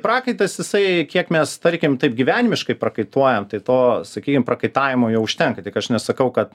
prakaitas jisai kiek mes tarkim taip gyvenimiškai prakaituojam tai to sakykim prakaitavimo jo užtenka tik aš nesakau kad